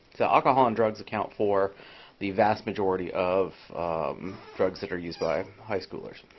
so alcohol and drugs account for the vast majority of drugs that are used by high schoolers.